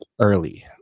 early